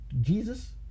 Jesus